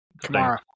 tomorrow